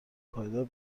پایدار